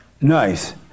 Nice